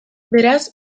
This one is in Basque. beraz